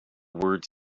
words